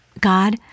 God